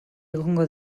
egongo